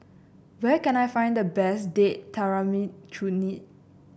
where can I find the best Date Tamarind Chutney